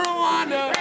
Rwanda